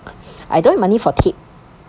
I don't have money for tip